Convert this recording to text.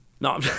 no